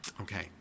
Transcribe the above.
Okay